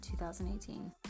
2018